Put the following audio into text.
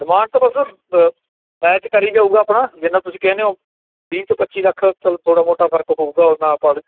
demand ਤਾਂ ਬਸ ਬ ਮੈਚ ਕਰੀ ਜਾਊਗਾ ਆਪਣਾ ਜਿੰਨਾ ਤੁਸੀਂ ਕਹਿੰਦੇ ਹੋ ਵੀਹ ਤੋਂ ਪੱਚੀ ਲੱਖ ਚੱਲ ਥੋੜ੍ਹਾ ਮੋਟਾ ਫਰਕ ਹੋਵੇਗਾ ਉਨਾ ਆਪਾਂ